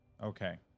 Okay